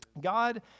God